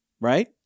right